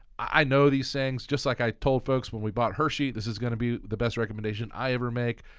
i know these things just like i told folks when we bought hershey, this is gonna be the best recommendation i ever make.